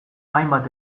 hainbat